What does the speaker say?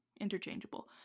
interchangeable